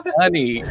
honey